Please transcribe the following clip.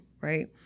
right